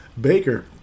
Baker